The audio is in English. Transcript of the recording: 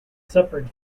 suffered